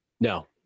No